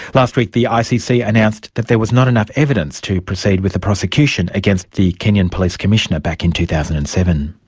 last week the ah icc announced that there was not enough evidence to proceed with a prosecution against the kenyan police commissioner back in two thousand and seven.